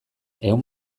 ehun